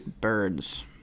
Birds